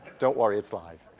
don't worry, it's live.